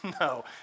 No